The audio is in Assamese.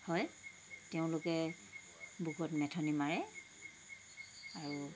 হয় তেওঁলোকে বুকত মেথনি মাৰে আৰু